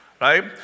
Right